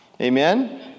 Amen